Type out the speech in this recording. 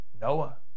Noah